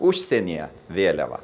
užsienyje vėliava